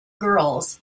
girls